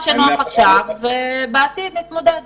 מה שלא קורה בפועל אם אנחנו משווים את השכר